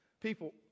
People